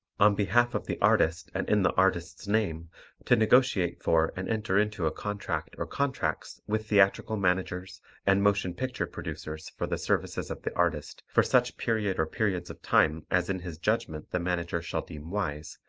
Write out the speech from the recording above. on behalf of the artist and in the artist's name to negotiate for and enter into a contract or contracts with theatrical managers and motion picture producers for the services of the artist for such period or periods of time as in his judgment the manager shall deem wise,